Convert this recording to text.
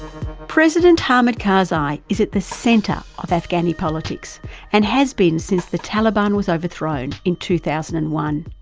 president hamid karzai is at the centre of afghani politics and has been since the taliban was overthrown in two thousand and one,